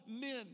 men